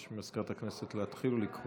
אני מבקש מסגנית מזכיר הכנסת להתחיל לקרוא